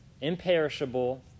Imperishable